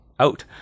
out